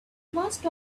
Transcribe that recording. must